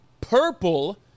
purple